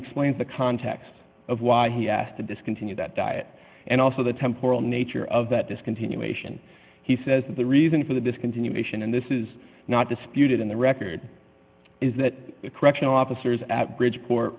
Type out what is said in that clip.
explains the context of why he asked to discontinue that diet and also the temporal nature of that discontinuation he says that the reason for this continuation and this is not disputed in the record is that the correctional officers at bridgeport